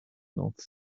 north